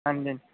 ਹਾਂਜੀ